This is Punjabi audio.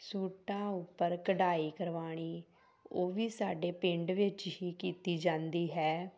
ਸੂਟਾਂ ਉੱਪਰ ਕਢਾਈ ਕਰਵਾਉਣੀ ਉਹ ਵੀ ਸਾਡੇ ਪਿੰਡ ਵਿੱਚ ਹੀ ਕੀਤੀ ਜਾਂਦੀ ਹੈ